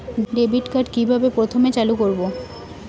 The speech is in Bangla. ডেবিটকার্ড কিভাবে প্রথমে চালু করব?